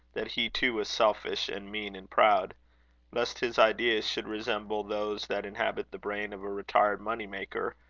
that he too was selfish and mean and proud lest his ideas should resemble those that inhabit the brain of a retired money-maker,